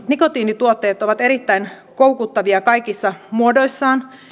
nikotiinituotteet ovat erittäin koukuttavia kaikissa muodoissaan